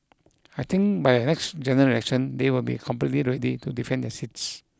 I think by the next generation they will be completely ready to defend their seats